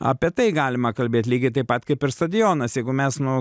apie tai galima kalbėt lygiai taip pat kaip ir stadionas jeigu mes nu